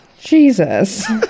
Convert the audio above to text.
Jesus